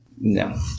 No